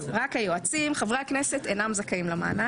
רק היועצים, חברי הכנסת אינם זכאים למענק.